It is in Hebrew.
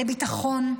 לביטחון,